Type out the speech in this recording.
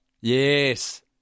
Yes